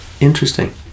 interesting